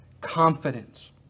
confidence